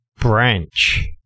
Branch